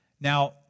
Now